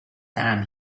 than